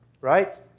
right